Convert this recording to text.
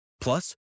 Plus